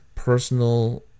personal